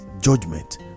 judgment